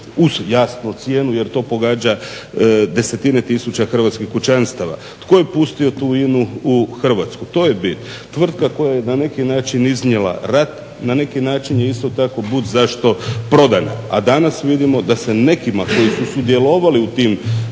uz jasno cijenu jer to pogađa desetine tisuća hrvatskih kućanstava. Tko je tu pustio tu INA-u u Hrvatsku? to je bit. Tvrtka koja je na neki način iznijela rat na neki način isto tako budzašto prodana a danas vidimo da se nekima koji su sudjelovali u